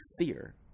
fear